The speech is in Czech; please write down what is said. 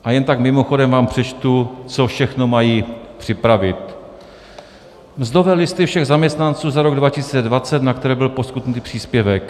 A jen tak mimochodem vám přečtu, co všechno mají připravit: Mzdové listy všech zaměstnanců za rok 2020, na které byl poskytnut příspěvek.